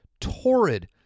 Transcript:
torrid